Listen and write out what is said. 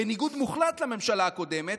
בניגוד מוחלט לממשלה הקודמת,